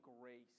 grace